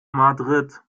madrid